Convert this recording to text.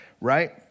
right